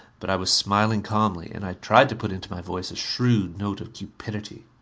but i was smiling calmly. and i tried to put into my voice a shrewd note of cupidity.